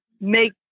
make